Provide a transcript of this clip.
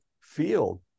field